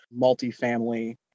multifamily